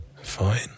fine